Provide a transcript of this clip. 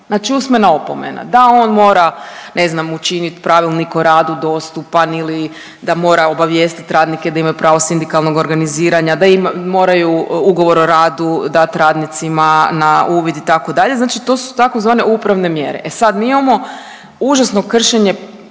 znači usmena opomena da on mora ne znam učinit Pravilnik o radu dostupan ili da mora obavijestit radnike da imaju pravo sindikalnog organiziranja, da moraju ugovor o radu dat radnicima na uvid itd., znači to su tzv. upravne mjere. E sad mi imamo užasno kršenje